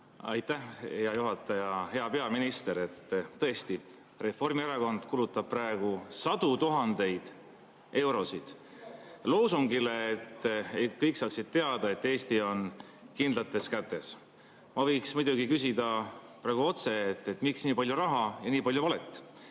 Aitäh, hea juhataja! Hea peaminister! Tõesti, Reformierakond kulutab praegu sadu tuhandeid eurosid loosungile – et kõik saaksid teada –, et Eesti on kindlates kätes. Ma muidugi võiksin praegu küsida otse, miks nii palju raha ja nii palju valet.